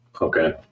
Okay